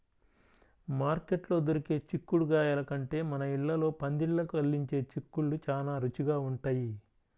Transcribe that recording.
మార్కెట్లో దొరికే చిక్కుడుగాయల కంటే మన ఇళ్ళల్లో పందిళ్ళకు అల్లించే చిక్కుళ్ళు చానా రుచిగా ఉంటయ్